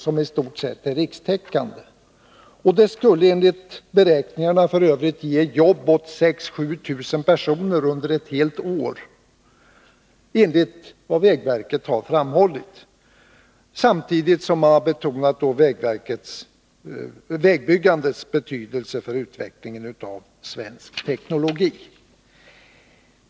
De beräknas f. ö., enligt vad vägverket har framhållit, kunna ge sysselsättning åt 6000 — 7000 personer under ett år. Samtidigt har man därifrån betonat vägbyggandets betydelse för utvecklingen av svensk teknologi.